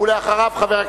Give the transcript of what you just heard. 2991,